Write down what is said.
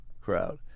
crowd